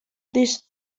this